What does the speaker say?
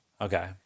Okay